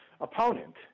opponent